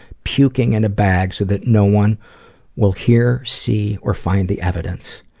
puking in a bag, so that no one will hear, see or find the evidence.